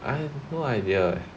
I have no idea leh